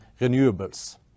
renewables